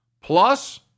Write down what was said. plus